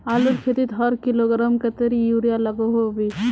आलूर खेतीत हर किलोग्राम कतेरी यूरिया लागोहो होबे?